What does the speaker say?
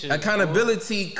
Accountability